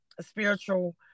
spiritual